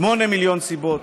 שמונה מיליון סיבות,